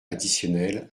additionnel